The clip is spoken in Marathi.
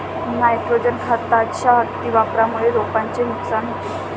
नायट्रोजन खताच्या अतिवापरामुळे रोपांचे नुकसान होते